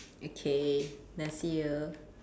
okay then see you